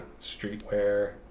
Streetwear